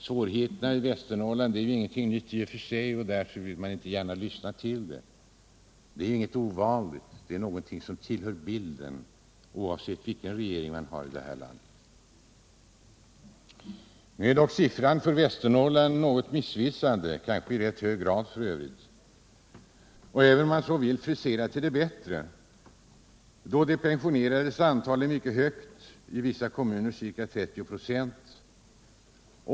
Svårigheterna i Västernorrland är i och för sig inte nya — de tillhör bilden, oavsett vilken regering vi har här i landet. Siffrorna för Västernorrland är dock i rätt hög grad missvisande eller, om man så vill, friserade till det bättre. De pensionerades antal är mycket högt — i vissa kommuner ca 30 ").